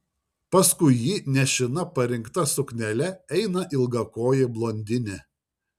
paskui jį nešina parinkta suknele eina ilgakojė blondinė